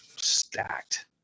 stacked